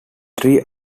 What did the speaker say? three